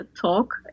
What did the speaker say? talk